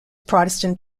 protestant